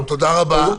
תודה רבה.